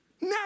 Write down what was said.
Now